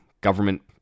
government